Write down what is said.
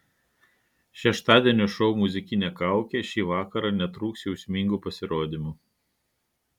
šeštadienio šou muzikinė kaukė šį vakarą netrūks jausmingų pasirodymų